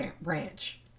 branch